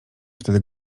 wtedy